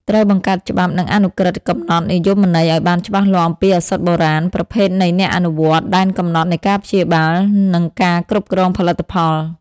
ត្រូវបង្កើតច្បាប់ និងអនុក្រឹត្យកំណត់និយមន័យឲ្យបានច្បាស់លាស់អំពីឱសថបុរាណ ប្រភេទនៃអ្នកអនុវត្ត ដែនកំណត់នៃការព្យាបាល និងការគ្រប់គ្រងផលិតផល។